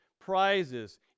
prizes